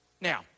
Now